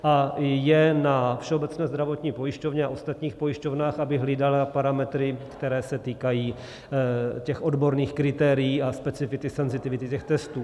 A je na Všeobecné zdravotní pojišťovně a ostatních pojišťovnách, aby hlídaly parametry, které se týkají těch odborných kritérií a specifity, senzitivity těch testů.